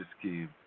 scheme